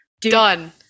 Done